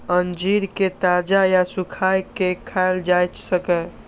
अंजीर कें ताजा या सुखाय के खायल जा सकैए